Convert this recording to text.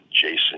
jason